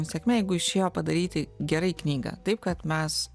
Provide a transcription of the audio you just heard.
sėkmė jeigu išėjo padaryti gerai knygą taip kad mes